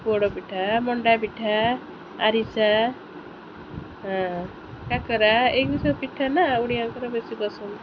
ପୋଡ଼ ପିଠା ମଣ୍ଡା ପିଠା ଆରିସା କାକରା ଏମିତି ସବୁ ପିଠା ନା ଓଡ଼ିଆଙ୍କର ବେଶୀ ପସନ୍ଦ